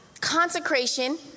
Consecration